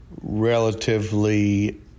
relatively